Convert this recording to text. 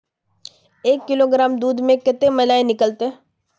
एक किलोग्राम दूध में कते मलाई निकलते?